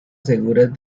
seguras